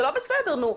זה לא בסדר, נו.